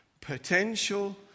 Potential